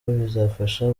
bizafasha